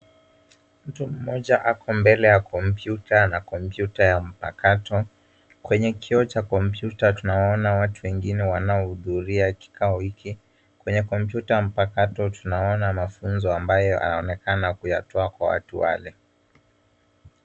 Mtu mmoja ako mbele ya komputa na komputa ya mpakato. Kwenye kioo cha komputa tunawaona watu wengine wanaohudhuria kikao hiki. Kwenye komputa mpakato tunaona mafunzo ambayo anaonekana kuyatoa kwa watu wale.